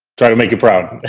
trying to make you proud,